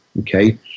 okay